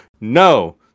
no